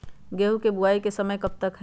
गेंहू की बुवाई का समय कब तक है?